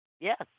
Yes